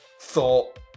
thought